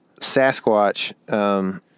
Sasquatch